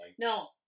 No